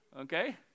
okay